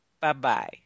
bye-bye